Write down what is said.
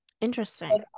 interesting